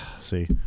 see